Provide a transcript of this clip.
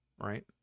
right